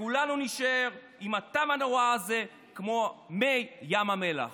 וכולנו נישאר עם הטעם הנורא הזה כמו מי ים המלח.